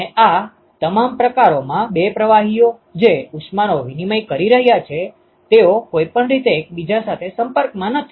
અને આ તમામ પ્રકારોમાં બે પ્રવાહીઓ જે ઉષ્મા નો વિનીમય કરી રહ્યા છે તેઓ કોઈપણ રીતે એકબીજા સાથે સંપર્કમાં નથી